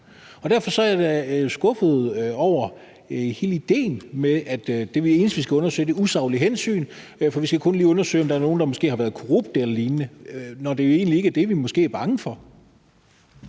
Derfor er jeg da skuffet over hele idéen med, at det eneste, vi skal undersøge, er usaglige hensyn, for vi skal kun lige undersøge, om der er nogen, der måske har været korrupte eller lignende, når det måske egentlig ikke er det, vi er bange for.